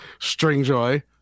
Stringjoy